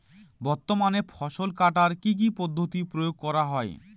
বর্তমানে ফসল কাটার কি কি পদ্ধতি প্রয়োগ করা হয়?